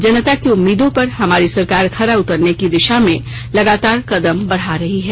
जनता की उम्मीदों पर हमारी सरकार खरा उतरने की दिशा में लगातार कदम बढ़ा रही है